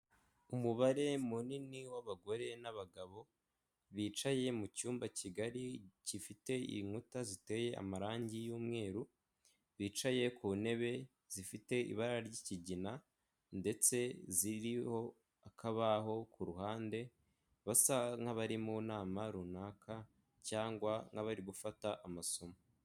Umubare munini w'abagore n'abagabo bicaye mu cyumba kigari gifite inkuta ziteye amarangi y'umweru, bicaye ku ntebe zifite ibara ry'ikigina ndetse ziriho akabaho ku ruhande. Basa n'abari mu nama runaka cyangwa nk'abari gufata amasomo.